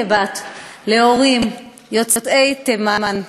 כבת להורים יוצאי תימן,